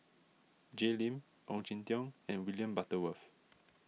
Jay Lim Ong Jin Teong and William Butterworth